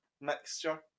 mixture